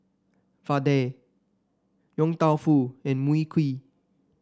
vadai Yong Tau Foo and Mui Kee